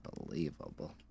unbelievable